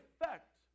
effect